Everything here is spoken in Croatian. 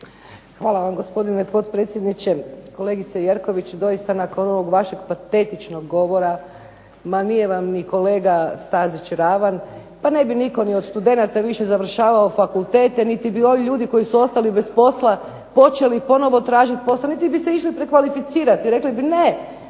Hvala vam gospodine potpredsjedniče. Kolegice Jerković doista nakon ovog vašeg patetičnog govora ma nije vam ni kolega Stazić ravan, pa ne bi nitko od studenata više završavao fakultete niti bi oni ljudi koji su ostali bez posla počeli ponovo tražiti posao, niti bi se išli prekvalificirati. Rekli bi ne.